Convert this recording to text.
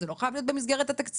זה לא חייב להיות במסגרת התקציב.